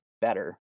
better